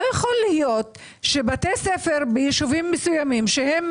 לא יכול להיות שבתי ספר ביישובים מסוימים שהם